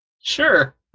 sure